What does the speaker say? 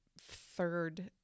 third